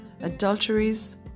adulteries